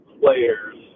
players